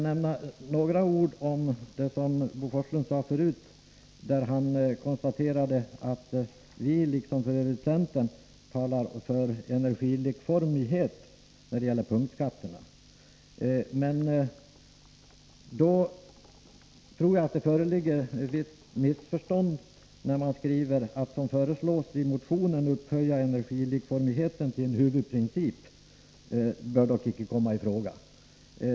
Bo Forslund konstaterade att vi liksom centern talar för energilikformighet när det gäller punktskatterna. Då tror jag att det föreligger ett visst missförstånd, när utskottet skriver att det inte bör komma i fråga att såsom föreslås i motionen upphöja energilikformigheten till en huvudprincip.